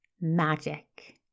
Magic